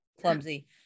clumsy